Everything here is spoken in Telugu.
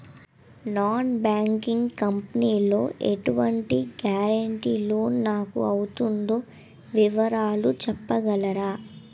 నాన్ బ్యాంకింగ్ కంపెనీ లో ఎటువంటి గారంటే లోన్ నాకు అవుతుందో వివరాలు చెప్పగలరా?